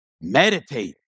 meditate